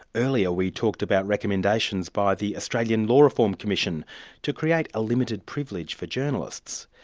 earlier we talked about recommendations by the australian law reform commission to create a limited privilege for journalists.